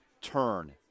turn